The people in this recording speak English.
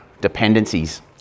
dependencies